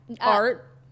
Art